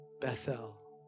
Bethel